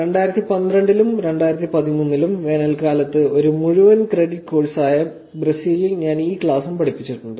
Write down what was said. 2012 ലും 2013 ലും വേനൽക്കാലത്ത് ഒരു മുഴുവൻ ക്രെഡിറ്റ് കോഴ്സായ ബ്രസീലിൽ ഞാൻ ഈ ക്ലാസും പഠിപ്പിച്ചിട്ടുണ്ട്